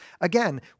again